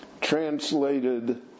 translated